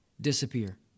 disappear